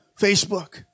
Facebook